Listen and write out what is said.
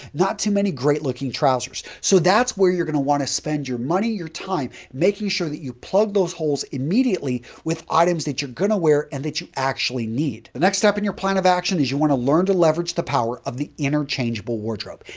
not too many great looking trousers. so, that's where you're going to want to spend your money, your time making sure that you plug those holes immediately with items that you're going to wear and that you actually need. the next step in your plan of action is you want to learn to leverage the power of the interchangeable wardrobe.